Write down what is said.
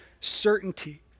certainty